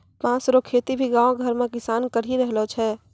बाँस रो खेती भी गाँव घर मे किसान करि रहलो छै